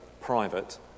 private